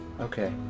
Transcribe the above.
okay